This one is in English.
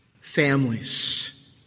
families